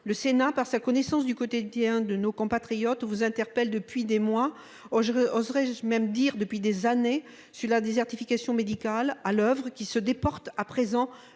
Le Sénat par sa connaissance du quotidien de nos compatriotes vous interpelle depuis des mois. Oh j'oserais-je même dire depuis des années sur la désertification médicale à l'oeuvre qui se déporte à présent